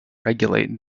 regulate